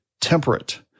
temperate